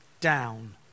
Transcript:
down